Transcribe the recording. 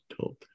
told